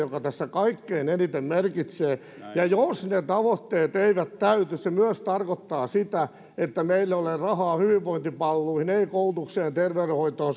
joka tässä kaikkein eniten merkitsee ja jos ne tavoitteet eivät täyty se myös tarkoittaa sitä ettei meillä ole rahaa hyvinvointipalveluihin ei koulutukseen terveydenhoitoon